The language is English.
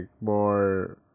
more